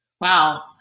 Wow